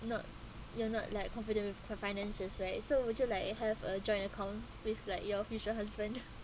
not you're not like confident with the finances right so would you like uh have a joint account with like your future husband